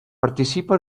participa